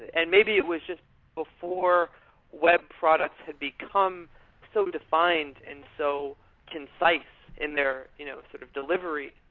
and maybe it was just before web products had become so defined and so concise in their you know sort of delivery,